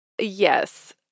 Yes